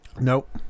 Nope